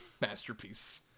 masterpiece